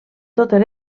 totes